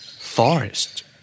Forest